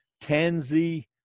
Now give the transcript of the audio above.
tansy